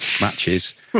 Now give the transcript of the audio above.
matches